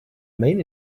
main